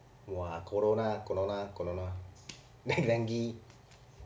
!wah! corona corona corona dengue